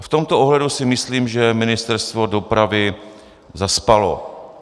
V tomto ohledu si myslím, že Ministerstvo dopravy zaspalo.